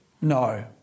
No